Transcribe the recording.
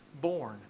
born